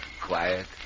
quiet